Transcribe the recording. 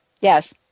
yes